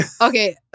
Okay